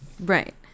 right